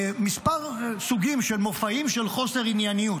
ראינו כמה סוגים של מופעים של חוסר ענייניות,